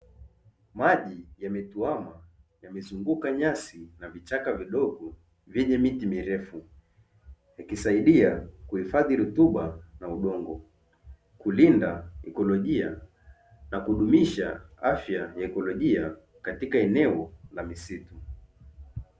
Maji yametuama yamezunguka nyasi na vichaka vidogo vyenye miti mirefu, ikisaidia kuhifadhi rutuba na udongo, kulinda ikolojia na kudumisha afya ya ikolojia, katika eneo la misitu.